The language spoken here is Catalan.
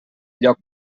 lloc